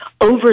over